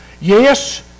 Yes